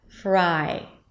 Fry